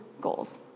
goals